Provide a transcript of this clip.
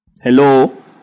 Hello